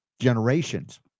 generations